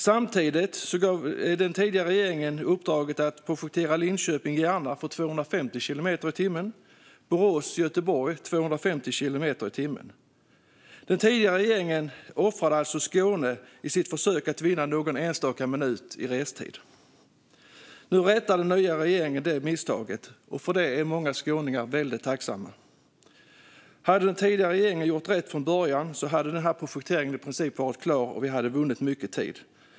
Samtidigt gav den tidigare regeringen uppdraget att projektera Linköping-Järna till 250 kilometer i timmen och Borås-Göteborg till 250 kilometer i timmen. Den tidigare regeringen offrade alltså Skåne i sitt försök att vinna någon enstaka minut i restid. Nu rättar den nya regeringen det misstaget. För detta är många skåningar väldigt tacksamma. Hade den tidigare regeringen gjort rätt från början hade denna projektering i princip varit klar, och vi hade vunnit mycket tid.